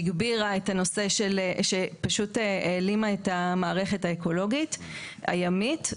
שהגבירה את הנושא ופשוט העלימה את המערכת האקולוגית הימית.